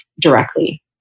directly